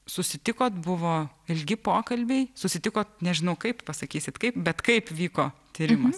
susitikot buvo ilgi pokalbiai susitikot nežinau kaip pasakysit kaip bet kaip vyko tyrimas